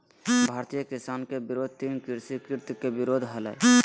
भारतीय किसान के विरोध तीन कृषि कृत्य के विरोध हलय